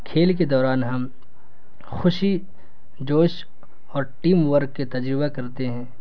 کھیل کے دوران ہم خوشی جوش اور ٹیم ورک کے تجربہ کرتے ہیں